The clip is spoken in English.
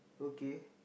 okay